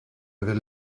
avait